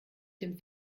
dem